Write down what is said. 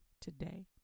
today